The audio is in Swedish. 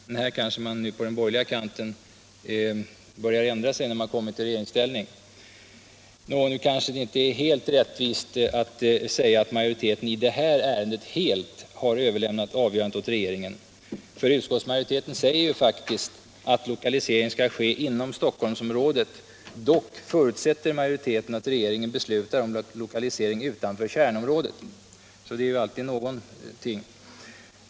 Men på den punkten kanske man på den borgerliga kanten har ändrat sig sedan man kom i regeringsställning. Nu kanske det inte är riktigt rättvist att säga att majoriteten i det här ärendet helt har överlämnat avgörandet åt regeringen. Utskottsmajoriteten säger faktiskt att lokalisering skall ske inom Stockholmsområdet. Då förutsätter majoriteten att regeringen beslutar om lokalisering utanför kärnområdet. Det är ju alltid något.